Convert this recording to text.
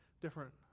different